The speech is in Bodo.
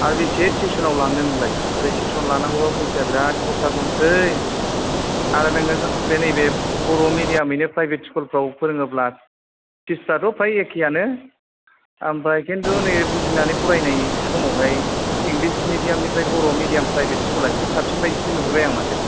आरो बेसे थिउसनाव लांनो नोंलाय ओरै थिउसन लानांगौब्ला फैसाया बिराथ खरसा दंसै आरो नोङो बे नैबे बर' मिडियामैनो प्राइभेट स्कुलफ्राव फोरोङोब्ला फिस फ्राथ' फ्राय एखे आनो आमफ्राय खिन्थु नैबे बुजिनानै फरायनाय समावहाय इंग्लिस मिडियामनिफ्राय बर' मिडियाम प्राइभेट स्कुला एसे साबसिन बायदिसो नुहरबाय आं माथो